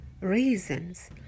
reasons